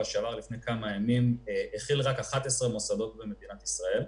שעבר כלל רק 11 מוסדות אקדמיים במדינת ישראל.